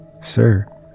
sir